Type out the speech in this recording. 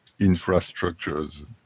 infrastructures